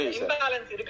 imbalance